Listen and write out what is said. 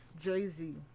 jay-z